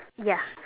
ya